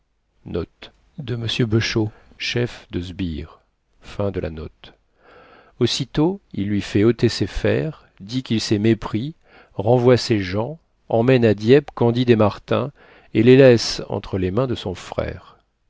aussitôt il lui fait ôter ses fers dit qu'il s'est mépris renvoie ses gens emmène à dieppe candide et martin et les laisse entre les mains de son frère